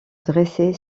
dressait